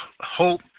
hope